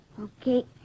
Okay